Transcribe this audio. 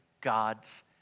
God's